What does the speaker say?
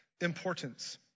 importance